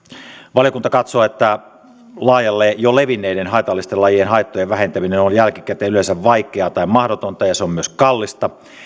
valiokunta katsoo että jo laajalle levinneiden haitallisten lajien haittojen vähentäminen on jälkikäteen yleensä vaikeaa tai mahdotonta ja se on myös kallista